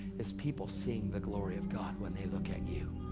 is people seeing the glory of god when they look at you.